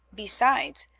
besides,